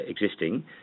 existing